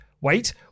wait